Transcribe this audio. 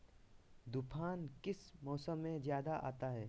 तूफ़ान किस मौसम में ज्यादा आता है?